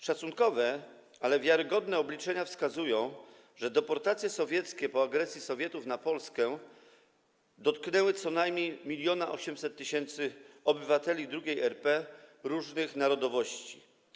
Szacunkowe, ale wiarygodne obliczenia wskazują, że deportacje sowieckie po agresji Sowietów na Polskę dotknęły co najmniej 1800 tys. obywateli II RP różnych narodowości.